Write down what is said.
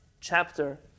chapter